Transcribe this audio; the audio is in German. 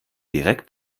direkt